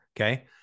Okay